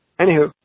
Anywho